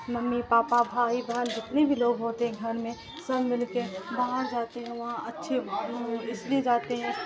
mummy papa بھائی بہن جتنے بھی لوگ ہوتے ہیں گھر میں سب مل کے باہر جاتے ہیں وہاں اچھے اس لیے جاتے ہیں